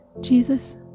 Jesus